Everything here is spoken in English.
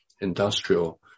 industrial